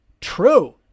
true